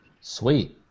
Sweet